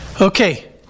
Okay